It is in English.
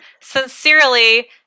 sincerely